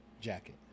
jacket